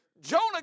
Jonah